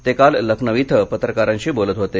ते काल लखनौ इथं पत्रकारांशी बोलत होते